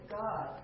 God